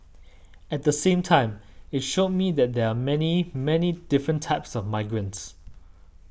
at the same time it showed me that there are many many different types of migrants